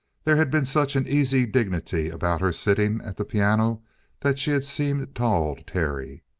there had been such an easy dignity about her sitting at the piano that she had seemed tall to terry.